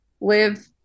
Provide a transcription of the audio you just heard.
live